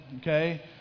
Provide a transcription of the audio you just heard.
Okay